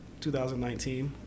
2019